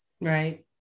right